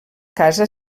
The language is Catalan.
casa